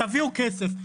תביאו כסף,